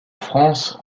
france